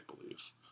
beliefs